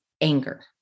anger